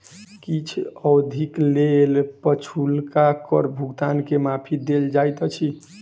किछ अवधिक लेल पछुलका कर भुगतान के माफी देल जाइत अछि